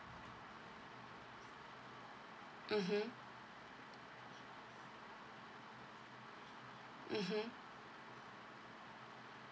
mmhmm mmhmm